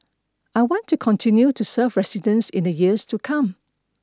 I want to continue to serve residents in the years to come